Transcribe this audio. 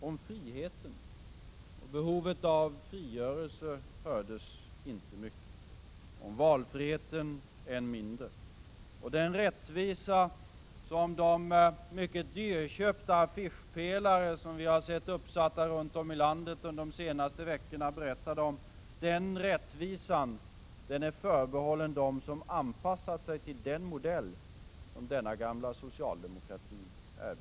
Om friheten och behovet av frigörelse hördes inte mycket. Om valfriheten än mindre. Och den rättvisa som de dyrköpta affischpelarna, som vi har sett uppsatta runt om i landet de senaste veckorna, berättat om är förbehållen dem som anpassat sig till den modell som denna gamla socialdemokrati erbjuder.